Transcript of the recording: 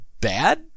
bad